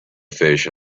fish